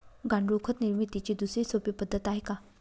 गांडूळ खत निर्मितीची दुसरी सोपी पद्धत आहे का?